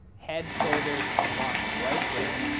head, shoulders, walk right there.